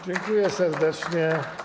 Dziękuję serdecznie.